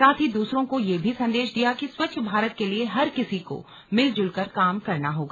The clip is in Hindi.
साथ ही दूसरों को ये भी संदेश दिया कि स्वच्छ भारत के लिए हर किसी को मिलजुल कर काम करना होगा